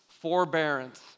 forbearance